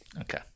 Okay